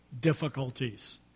difficulties